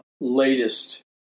latest